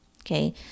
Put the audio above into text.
okay